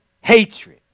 hatred